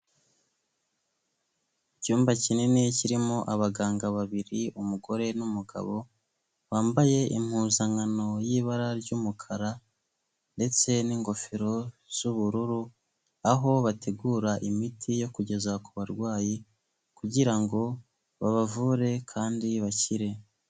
Icyumba kinini kirimo abaganga babiri umugore n'umugabo, bambaye impuzankano y'ibara ry'umukara ndetse n'ingofero z'ubururu, aho bategura imiti yo kugeza ku barwayi kugirango babavure kandi bakire.